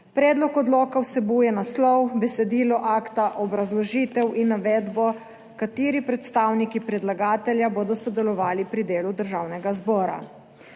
Predlog odloka vsebuje naslov, besedilo akta, obrazložitev in navedbo kateri predstavniki predlagatelja bodo sodelovali pri delu Državnega zbora.